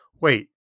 wait